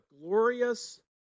glorious